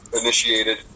initiated